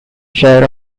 share